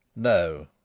no.